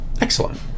Excellent